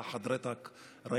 ראשית, ברצוני לברך אותך.